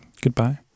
goodbye